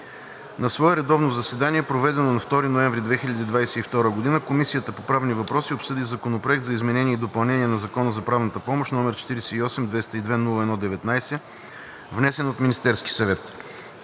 На свое редовно заседание, проведено на 2 ноември 2022 г., Комисията по правни въпроси обсъди Законопроект за изменение и допълнение на Закона за правната помощ, № 48-202-01-19, внесен от Министерския съвет